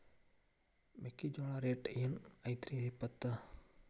ಮೆಕ್ಕಿಜೋಳ ರೇಟ್ ಏನ್ ಐತ್ರೇ ಇಪ್ಪತ್ತು?